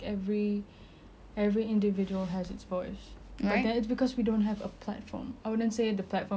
that's cause we don't have a platform I wouldn't say the platform is famous being famous cause people with fame